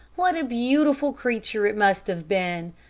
what a beautiful creature it must have been.